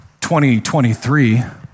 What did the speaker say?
2023